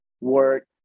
work